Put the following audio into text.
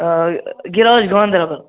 آ گِراج گانٛدَربَل